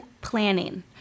planning